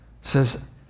says